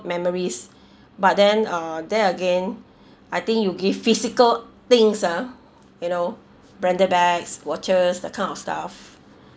memories but then uh there again I think you give physical things ah you know branded bags watches that kind of stuff